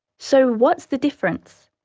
so what's the difference?